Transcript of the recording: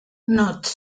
note